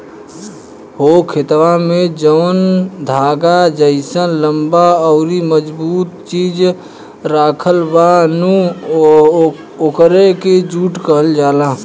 हो खेतवा में जौन धागा जइसन लम्बा अउरी मजबूत चीज राखल बा नु ओकरे के जुट कहल जाला